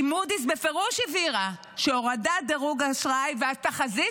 כי מודי'ס בפירוש הבהירה שהורדת דירוג האשראי והתחזית